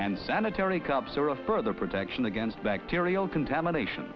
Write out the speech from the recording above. and sanitary cups are a further protection against bacterial contamination